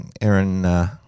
Aaron